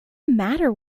matter